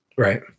Right